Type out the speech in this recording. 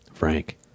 Frank